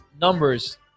numbers